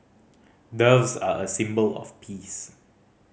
doves are a symbol of peace